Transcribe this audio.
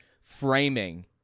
framing